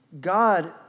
God